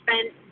spent